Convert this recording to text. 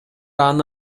аны